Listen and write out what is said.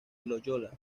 loyola